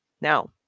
Now